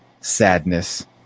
Sadness